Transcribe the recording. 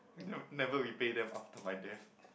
never never repay them after my death